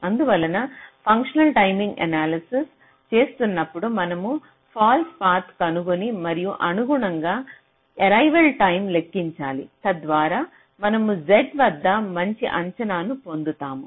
అందువలన functional timing analysis చేస్తున్నప్పుడు మనము ఫాల్స్ పాత్ కనుగొని మరియు అనుగుణంగా ఏరైవల్ టైం లెక్కించాలి తద్వారా మనము Z వద్ద మంచి అంచనాను పొందుతాము